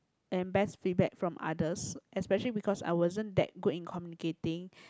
and best feedback from others especially because I wasn't that good in communicating